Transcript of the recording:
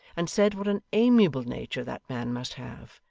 and said what an amiable nature that man must have,